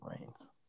rains